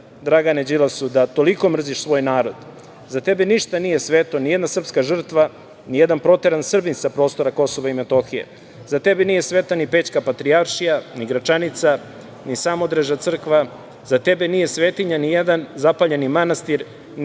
Dragane Đilase, da toliko mrziš svoj narod. Za tebe ništa nije sveto, nijedna srpska žrtva, nijedan proteran Srbin sa prostora Kosova i Metohije. Za tebe nije sveta na Pećka patrijaršija, ni Gračanica, ni Samodreža crkva, za tebe nije svetinja nijedan zapaljeni manastir,